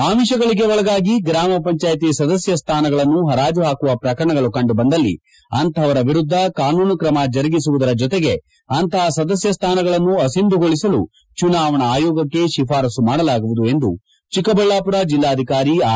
ಅಮಿಷಗಳಿಗೆ ಒಳಗಾಗಿ ಗ್ರಾಮ ಪಂಚಾಯಿತಿ ಸದಸ್ಯ ಸ್ಥಾನಗಳನ್ನು ಹರಾಜು ಹಾಕುವ ಪ್ರಕರಣಗಳು ಕಂಡುಬಂದಲ್ಲಿ ಅಂತಹವರ ವಿರುದ್ಧ ಕಾನೂನು ಕ್ರಮ ಜರುಗಿಸುವ ಜೊತೆಗೆ ಅಂತಹ ಸದಸ್ಯ ಸ್ಥಾನಗಳನ್ನು ಅಸಿಂಧುಗೊಳಿಸಲು ಚುನಾವಣಾ ಆಯೋಗಕ್ಕೆ ಶಿಫಾರಸ್ಸು ಮಾಡಲಾಗುವುದು ಎಂದು ಚೆಕ್ಕಬಳ್ಳಾಪುರ ಜಿಲ್ಲಾಧಿಕಾರಿ ಆರ್